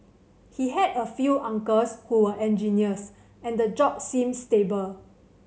he had a few uncles who were engineers and the job seems stable